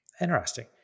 Interesting